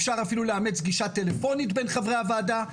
אפשר אפילו לאמץ גישה טלפונית בין חברי הוועדה,